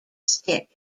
stick